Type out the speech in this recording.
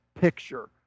picture